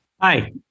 Hi